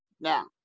Now